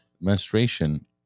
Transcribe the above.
menstruation